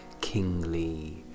kingly